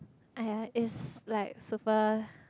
!aiya! it's like super